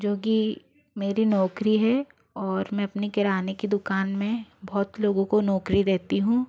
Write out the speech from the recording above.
जो कि मेरी नौकरी है और मैं अपनी किराने की दुकान में बहुत लोगो को नौकरी देती हूँ